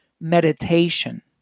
meditation